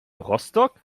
rostock